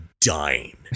dying